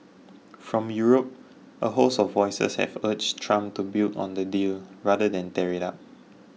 from Europe a host of voices have urged Trump to build on the deal rather than tear it up